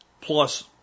plus